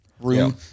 room